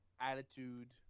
attitude